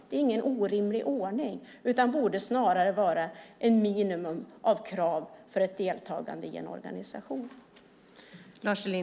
Det är ingen orimlig ordning utan borde snarare vara ett minimum av krav för ett deltagande i en organisation.